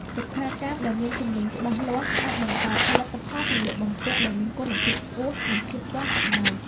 សិក្ខាកាមដែលមានជំនាញច្បាស់លាស់ អាចបង្កើតផលិតផលសម្លៀកបំពាក់ដែលមានគុណភាពខ្ពស់ និងភាពទាន់សម័យ។